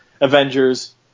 Avengers